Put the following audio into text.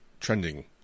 trending